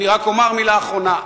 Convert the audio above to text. אני רק אומר מלה אחרונה.